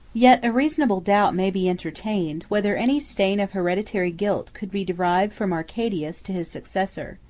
yet a reasonable doubt may be entertained, whether any stain of hereditary guilt could be derived from arcadius to his successor.